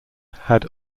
had